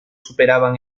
superaban